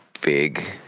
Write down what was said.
big